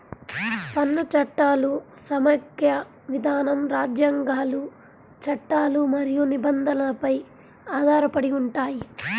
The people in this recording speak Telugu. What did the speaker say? పన్ను చట్టాలు సమాఖ్య విధానం, రాజ్యాంగాలు, చట్టాలు మరియు నిబంధనలపై ఆధారపడి ఉంటాయి